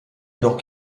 jedoch